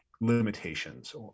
limitations